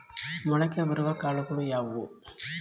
ಮೊಳಕೆ ಬರುವ ಕಾಳುಗಳು ಯಾವುವು?